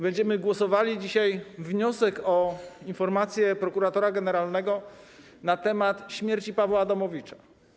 Będziemy głosowali dzisiaj nad wnioskiem o informację prokuratora generalnego na temat śmierci Pawła Adamowicza.